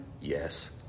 Yes